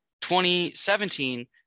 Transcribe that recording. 2017